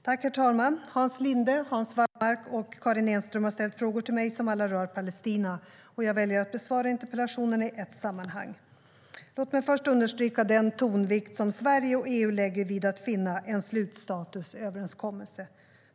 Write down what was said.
Herr talman! Hans Linde, Hans Wallmark och Karin Enström har ställt frågor till mig som alla rör Palestina. Jag väljer att besvara interpellationerna i ett sammanhang. Låt mig först understryka den tonvikt som Sverige och EU lägger vid att finna en slutstatusöverenskommelse.